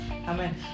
Amen